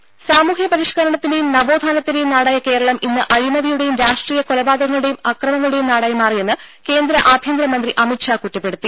ദ്ദേ സാമൂഹ്യപരിഷ്ക്കരണത്തിന്റേയും നവോത്ഥാനത്തിന്റേയും നാടായ കേരളം ഇന്ന് അഴിമതിയുടേയും രാഷ്ട്രീയ കൊലപാതകങ്ങളുടേയും അക്രമങ്ങളുടേയും നാടായി മാറിയെന്ന് കേന്ദ്ര ആഭ്യന്തരമന്ത്രി അമിത്ഷാ കുറ്റപ്പെടുത്തി